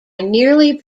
nearly